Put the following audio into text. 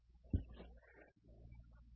तर आता एकूण खर्च किती आहे